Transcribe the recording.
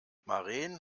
maren